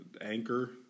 Anchor